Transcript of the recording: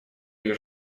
или